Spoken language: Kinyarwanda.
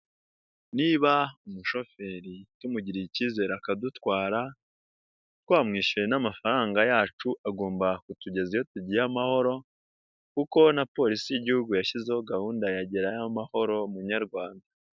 Niba umushoferi tumugiriye icyizere akadutwara, twamwishyuye n'amafaranga yacu agomba kutugezayo tugiye amahoro kuko na polisi y'Igihugu yashyizeho gahunda ya gerayo amahoro munyarwanda.